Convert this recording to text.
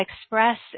express